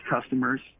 customers